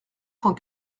cent